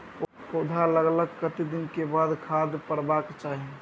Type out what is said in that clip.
पौधा लागलाक कतेक दिन के बाद खाद परबाक चाही?